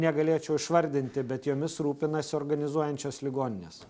negalėčiau išvardinti bet jomis rūpinasi organizuojančios ligoninės